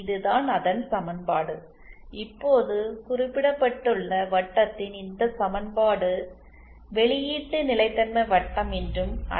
இதுதான் அதன் சமன்பாடு இப்போது குறிப்பிடப்பட்டுள்ள வட்டத்தின் இந்த சமன்பாடு வெளியீட்டு நிலைத்தன்மை வட்டம் என்றும் அழைக்கப்படுகிறது